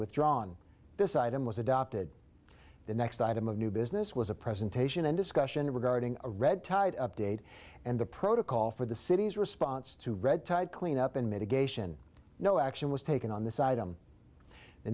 withdrawn this item was adopted the next item of new business was a presentation and discussion regarding a red tide update and the protocol for the city's response to red tide cleanup and mitigation no action was taken on the side